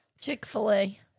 Chick-fil-A